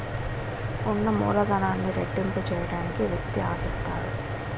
ఉన్న మూలధనాన్ని రెట్టింపు చేయడానికి వ్యక్తి ఆశిస్తాడు